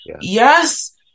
Yes